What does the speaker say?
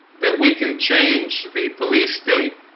that we can change the police state